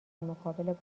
مقابل